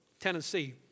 Tennessee